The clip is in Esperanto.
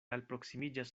alproksimiĝas